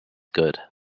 good